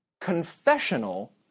confessional